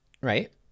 right